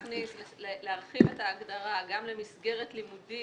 להרחיב את ההגדרה גם למסגרת לימודים